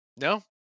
No